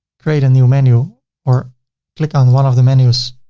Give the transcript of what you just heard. create a new menu or click on one of the menus,